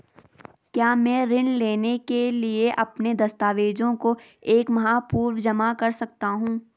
क्या मैं ऋण लेने के लिए अपने दस्तावेज़ों को एक माह पूर्व जमा कर सकता हूँ?